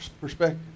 perspective